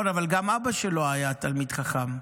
אבל גם אבא שלו היה תלמיד חכם.